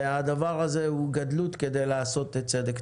הדבר הזה הוא גדלות כדי לעשות צדק.